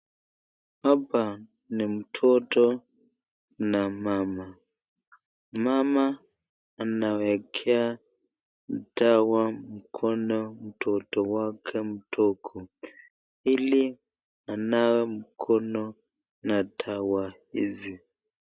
Hapa ni mtoto na mama. Mama anawekea dawa mkono mtoto wake mdogo ili anawe mkono na dawa hizi.